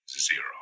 zero